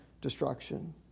destruction